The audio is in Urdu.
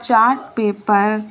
chart paper